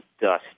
dust